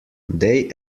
they